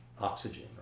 oxygen